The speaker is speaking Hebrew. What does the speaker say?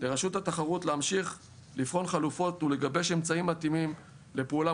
לרשות התחרות להמשיך לבחון חלופות ולגבש אמצעים מתאימים לפעולה